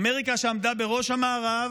אמריקה, שעמדה בראש המערב